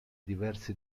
diverse